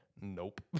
nope